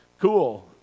Cool